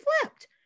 flipped